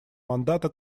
мандата